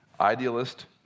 idealist